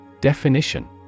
Definition